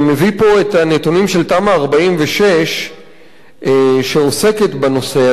את הנתונים של תמ"א 46 שעוסקת בנושא הזה,